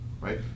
right